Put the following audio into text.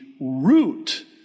root